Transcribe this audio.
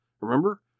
Remember